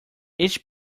each